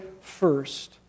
first